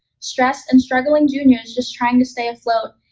stressed and struggling juniors just trying to stay afloat,